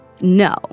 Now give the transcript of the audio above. no